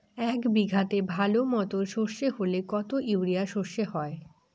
এক বিঘাতে ভালো মতো সর্ষে হলে কত ইউরিয়া সর্ষে হয়?